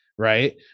right